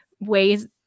ways